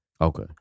Okay